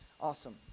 Awesome